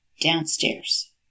downstairs